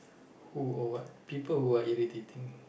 who or what people who are irritating